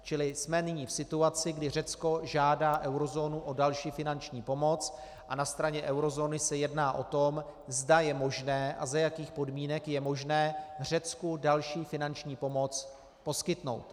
Čili jsme nyní v situaci, kdy Řecko žádá eurozónu o další finanční pomoc a na straně eurozóny se jedná o tom, zda je možné a za jakých podmínek je možné Řecku další finanční pomoc poskytnout.